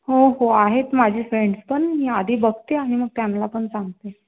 हो हो आहेत माझे फ्रेंड्स पण मी आधी बघते आणि मग त्यांना पण सांगते